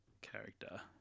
character